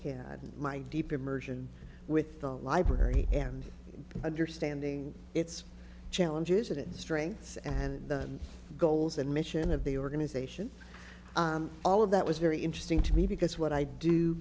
had my deep immersion with the library and understanding its challenges and its strengths and the goals and mission of the organization all of that was very interesting to me because what i do